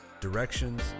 directions